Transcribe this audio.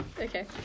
okay